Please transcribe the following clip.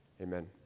Amen